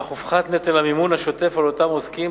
כך הופחת נטל המימון השוטף על אותם עוסקים